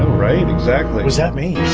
right exactly does that mean